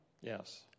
Yes